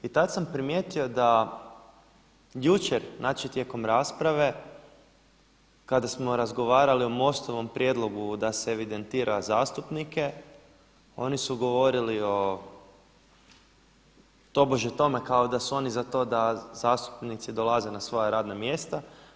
I tada sam primijetio da jučer znači tijekom rasprave kada smo razgovarali o MOST-ovom prijedlogu da se evidentira zastupnike, oni su govorili o tobože tome kao da su oni za to da se zastupnici dolaze na svoja radna mjesta.